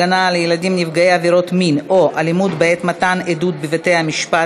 הגנה על ילדים נפגעי עבירות מין או אלימות בעת מתן עדות בבתי-המשפט),